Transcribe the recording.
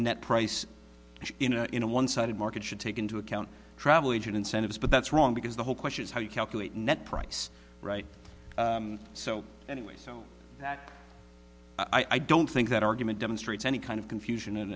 net price in a in a one sided market should take into account travel agent incentives but that's wrong because the whole question is how you calculate net price right so anyway so that i don't think that argument demonstrates any kind of confusion and